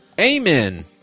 Amen